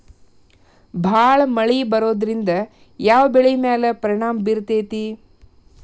ಭಾಳ ಮಳಿ ಬರೋದ್ರಿಂದ ಯಾವ್ ಬೆಳಿ ಮ್ಯಾಲ್ ಪರಿಣಾಮ ಬಿರತೇತಿ?